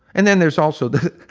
and then there's also the